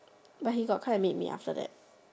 but he got come and meet me after that